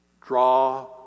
draw